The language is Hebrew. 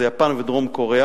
זה יפן ודרום-קוריאה,